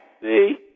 See